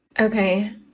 Okay